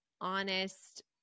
honest